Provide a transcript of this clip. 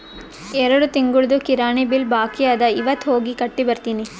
ಎರಡು ತಿಂಗುಳ್ದು ಕಿರಾಣಿ ಬಿಲ್ ಬಾಕಿ ಅದ ಇವತ್ ಹೋಗಿ ಕಟ್ಟಿ ಬರ್ತಿನಿ